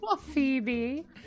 phoebe